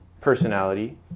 personality